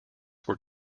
were